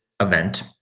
event